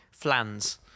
flans